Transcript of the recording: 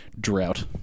drought